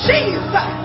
Jesus